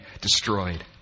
destroyed